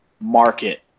market